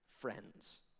friends